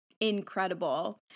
incredible